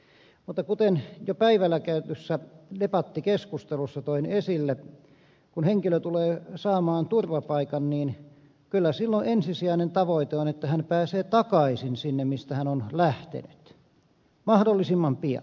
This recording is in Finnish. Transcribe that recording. mutta kuten jo päivällä käydyssä debattikeskustelussa toin esille kun henkilö tulee saamaan turvapaikan niin kyllä silloin ensisijainen tavoite on että hän pääsee takaisin sinne mistä hän on lähtenyt mahdollisimman pian